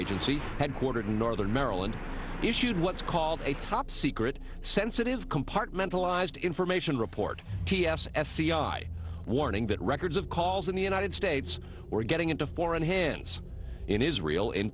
agency headquartered in northern maryland issued what's called a top secret sensitive compartmentalized information report ts sci warning that records of calls in the united states were getting into foreign hands in israel in